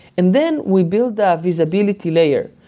and then we build ah a visibility layer,